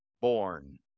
born